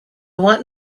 want